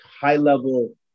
high-level